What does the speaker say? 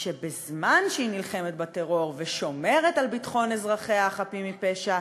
שבזמן שהיא נלחמת בטרור ושומרת על ביטחון אזרחיה החפים מפשע,